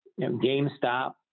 GameStop